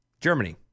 Germany